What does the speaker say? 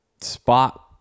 spot